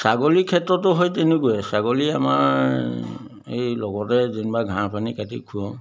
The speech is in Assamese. ছাগলীৰ ক্ষেত্ৰতো সেই তেনেকুৱাই ছাগলী আমাৰ এই লগতে যেনিবা ঘাঁহ পানী কাটি খুৱাওঁ